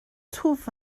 twf